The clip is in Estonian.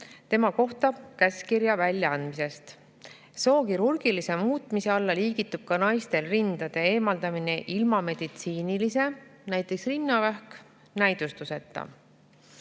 tema kohta käskkirja väljaandmisest. Soo kirurgilise muutmise alla liigitub ka naistel rindade eemaldamine ilma meditsiinilise näidustuseta,